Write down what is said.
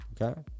Okay